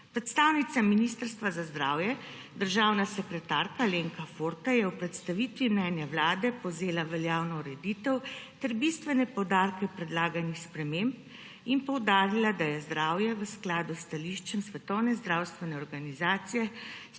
Predstavnica Ministrstva za zdravje državna sekretarka Alenka Forte je v predstavitvi mnenja Vlade povzela veljavno ureditev ter bistvene poudarke predlaganih sprememb in poudarila, da je zdravje v skladu s stališčem Svetovne zdravstvene organizacije